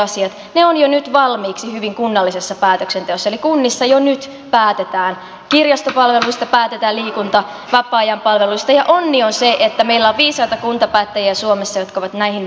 ne ovat jo nyt valmiiksi hyvin kunnallisessa päätöksenteossa eli kunnissa jo nyt päätetään kirjastopalveluista päätetään liikunta ja vapaa ajan palveluista ja onni on se että meillä on viisaita kuntapäättäjiä suomessa jotka ovat näihin myöskin halunneet panostaa